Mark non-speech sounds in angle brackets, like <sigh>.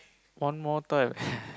one more time <laughs>